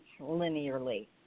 linearly